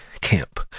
camp